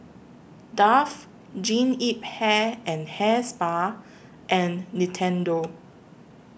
Dove Jean Yip Hair and Hair Spa and Nintendo